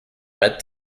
red